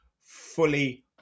Fully